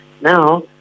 Now